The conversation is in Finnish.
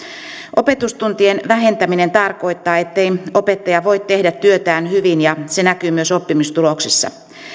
opetustuntien vähentäminen tarkoittaa ettei opettaja voi tehdä työtään hyvin ja se näkyy myös oppimistuloksissa